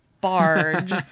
barge